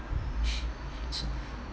so